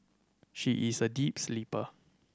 she is a deep sleeper